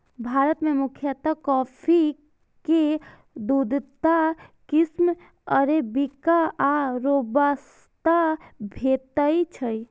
भारत मे मुख्यतः कॉफी के दूटा किस्म अरेबिका आ रोबास्टा भेटै छै